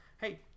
Hey